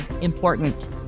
important